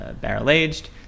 barrel-aged